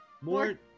more